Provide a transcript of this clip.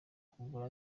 ukugura